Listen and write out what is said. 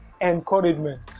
encouragement